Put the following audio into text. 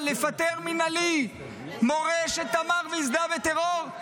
לפטר מינהלית מורה שתמך והזדהה עם טרור,